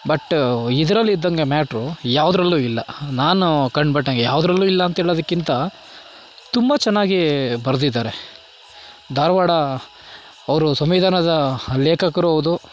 but ಇದ್ರಲ್ಲಿದ್ದಂಗೆ matter ಯಾವುದ್ರಲ್ಲೂ ಇಲ್ಲ ನಾನು ಕಂಡಪಟ್ಟಂಗೆ ಯಾವುದರಲ್ಲೂ ಇಲ್ಲ ಅಂತ ಹೇಳೋದಕ್ಕಿಂತ ತುಂಬ ಚೆನ್ನಾಗಿ ಬರೆದಿದ್ದಾರೆ ಧಾರವಾಡ ಅವರು ಸಂವಿಧಾನದ ಲೇಖಕರೂ ಹೌದು